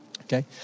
okay